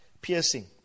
piercing